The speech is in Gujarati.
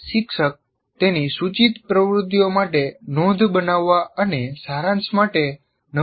એક શિક્ષક તેની સૂચિત પ્રવૃત્તિઓ માટે નોંધ બનાવવા અને સારાંશ માટે નમૂનો તૈયાર કરી શકે છે